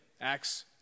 Acts